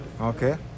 Okay